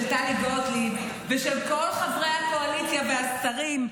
טלי גוטליב ושל כל חברי הקואליציה והשרים,